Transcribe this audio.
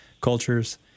cultures